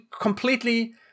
completely